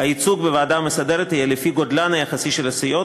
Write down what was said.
"הייצוג בוועדה המסדרת יהיה לפי גודלן היחסי של הסיעות,